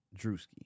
Drewski